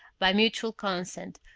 by mutual consent,